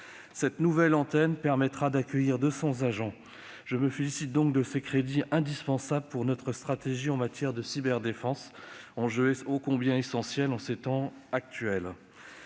Cette nouvelle antenne permettra d'accueillir 200 agents. Je me félicite de l'ouverture de ces crédits indispensables pour notre stratégie en matière de cyberdéfense, enjeu ô combien essentiel en ces temps.